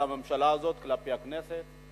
של הממשלה הזאת כלפי הכנסת.